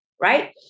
right